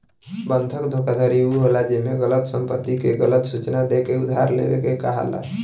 बंधक धोखाधड़ी उ होला जेमे गलत संपत्ति के गलत सूचना देके उधार लेवे के कहाला